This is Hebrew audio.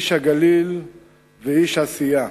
איש הגליל ואיש עשייה,